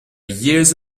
years